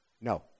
No